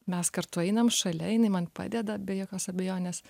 mes kartu einam šalia jinai man padeda be jokios abejonės